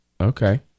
Okay